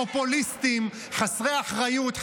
פופוליסטיים חסרי אחריות,